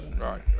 right